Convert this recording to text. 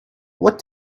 what